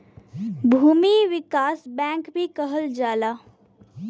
भूमि विकास बैंक भी कहल जाला